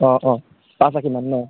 অঁ অঁ পাঁচ আশী মান ন